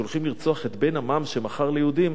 הולכים לרצוח את בן עמם שמכר ליהודים?